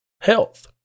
health